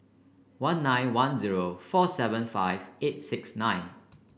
one nine one zero four seven five eight six nine